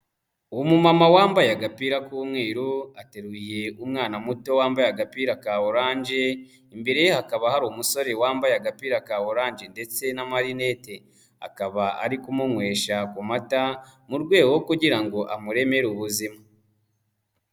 Umumama wambaye agapira k'umweru ateruye umwana muto wambaye agapira ka oranje, imbere ye hakaba hari umusore wambaye agapira ka oranje ndetse n'amarinete, akaba ari kumunywesha ku mata, mu rwego kugira ngo amuremere ubuzima.